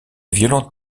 violente